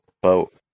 boat